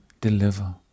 deliver